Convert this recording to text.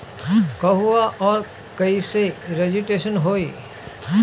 कहवा और कईसे रजिटेशन होई?